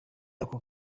ako